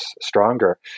stronger